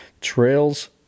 Trails